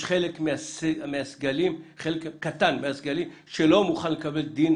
יש חלק קטן מהסגלים שלא מוכן לקבל את דין